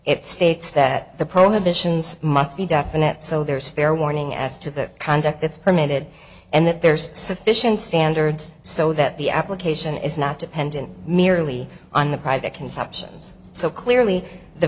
it states that the prohibitions must be definite so there's fair warning as to the conduct that's permitted and that there's sufficient standards so that the application is not dependent merely on the private conceptions so clearly the